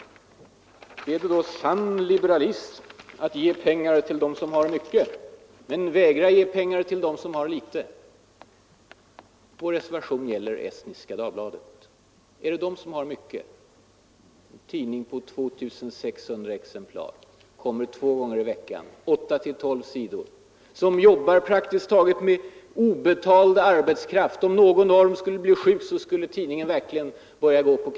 Är det då sann liberalism att ge pengar till dem som har mycket men vägra ge pengar till dem som har litet? Vår reservation gäller Estniska Dagbladet. Är det den tidningen som har mycket? En tidning på 2 600 exemplar, en tidning som kommer två gånger i veckan och har 8—12 sidor? En tidning som görs med praktiskt taget obetald arbetskraft och verkligen skulle börja gå på knäna, om någon på redaktionen skulle bli sjuk?